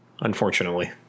Unfortunately